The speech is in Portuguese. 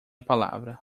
palavra